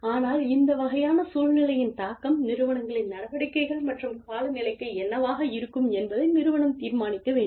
ஆனால் இந்த வகையான சூழ்நிலையின் தாக்கம் நிறுவனங்களின் நடவடிக்கைகள் மற்றும் காலநிலைக்கு என்னவாக இருக்கும் என்பதை நிறுவனம் தீர்மானிக்க வேண்டும்